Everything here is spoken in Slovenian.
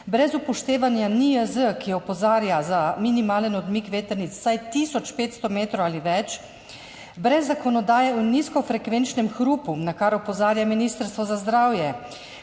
brez upoštevanja NIJZ, ki opozarja na minimalen odmik vetrnic vsaj tisoč 500 metrov ali več, brez zakonodaje o nizkofrekvenčnem hrupu, na kar opozarja Ministrstvo za zdravje,